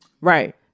Right